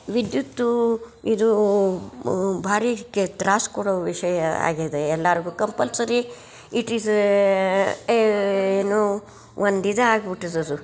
ವಿದ್ಯುತ್ತು ಇದು ಭಾರಿ ಕೆ ತ್ರಾಸು ಕೊಡೋ ವಿಷಯ ಆಗಿದೆ ಎಲ್ಲಾರಿಗೂ ಕಂಪಲ್ಸರಿ ಇಟ್ ಈಸ್ ಏ ಏನು ಒಂದು ಇದಾಗಿಬಿಟ್ಟಿತದು